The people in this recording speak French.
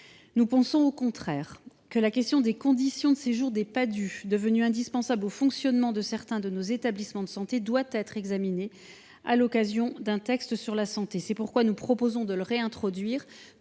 Nous pensons au contraire que la question des conditions de séjour des Padhue, qui sont devenus indispensables au fonctionnement de certains de nos établissements de santé, doit être examinée à l’occasion d’un texte sur la santé. C’est pourquoi nous proposons de réintroduire